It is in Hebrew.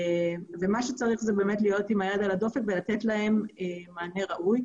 ומה שצריך זה באמת להיות עם היד על הדופק ולתת להן מענה ראוי.